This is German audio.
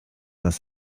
das